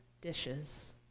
dishes